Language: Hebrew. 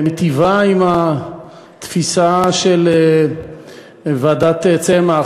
מיטיבה עם התפיסה של ועדת צמח,